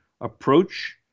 approach